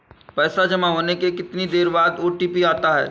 पैसा जमा होने के कितनी देर बाद ओ.टी.पी आता है?